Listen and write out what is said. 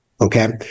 Okay